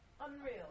unreal